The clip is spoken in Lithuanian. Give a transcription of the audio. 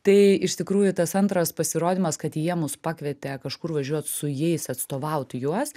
tai iš tikrųjų tas antras pasirodymas kad jie mus pakvietė kažkur važiuot su jais atstovaut juos